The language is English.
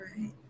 right